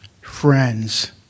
friends